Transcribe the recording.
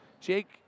Jake